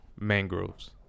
mangroves